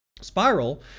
Spiral